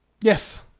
Yes